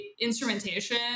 instrumentation